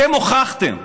אתם הוכחתם,